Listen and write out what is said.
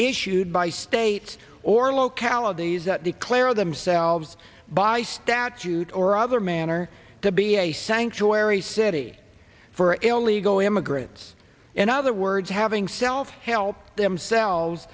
issued by states or localities that declare themselves by statute or other manner to be a sanctuary city for illegal immigrants in other words having self help themselves